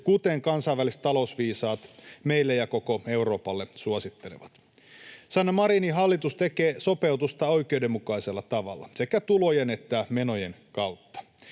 kuten kansainväliset talousviisaat meille ja koko Euroopalle suosittelevat. Sanna Marinin hallitus tekee sopeutusta oikeudenmukaisella tavalla, sekä tulojen että menojen kautta.